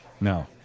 No